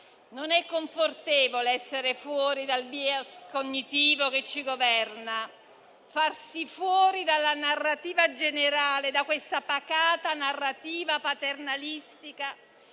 Non è confortevole essere fuori dal *bias* cognitivo che ci governa e farsi fuori dalla narrativa generale, da questa pacata narrativa paternalistica.